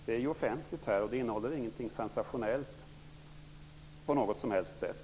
Detta är offentligt, och innehållet är inte på något sätt sensationellt.